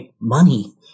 money